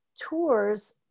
tours